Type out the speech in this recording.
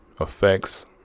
effects